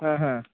ಹಾಂ ಹಾಂ